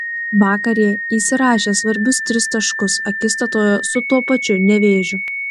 vakar jie įsirašė svarbius tris taškus akistatoje su tuo pačiu nevėžiu